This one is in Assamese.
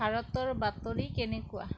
ভাৰতৰ বাতৰি কেনেকুৱা